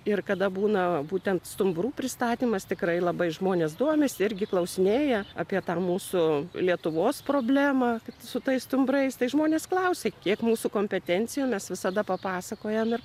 ir kada būna būtent stumbrų pristatymas tikrai labai žmonės domisi irgi klausinėja apie tą mūsų lietuvos problemą su tais stumbrais tai žmonės klausia kiek mūsų kompetencijoj mes visada papasakojam ir